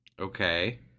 Okay